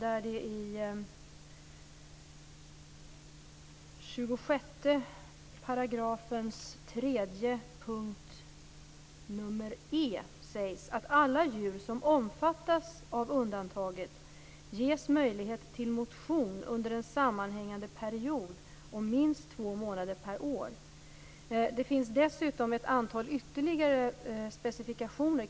I 26 § p. 3e sägs att alla djur som omfattas av undantaget skall ges möjlighet till motion under en sammanhängande period om minst två månader per år. Det finns dessutom ett antal ytterligare specifikationer.